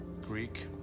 Greek